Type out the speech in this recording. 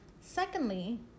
secondly